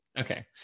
Okay